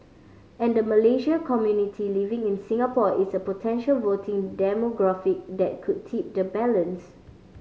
and the Malaysian community living in Singapore is a potential voting demographic that could tip the balance